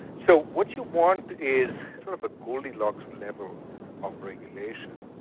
so what you want is sort of a goldilocks level of regulation.